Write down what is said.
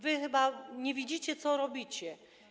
Wy chyba nie widzicie, co robicie.